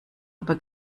über